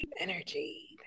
energy